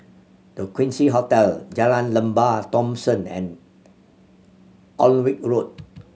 The Quincy Hotel Jalan Lembah Thomson and Alnwick Road